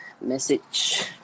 Message